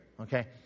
okay